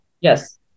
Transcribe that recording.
Yes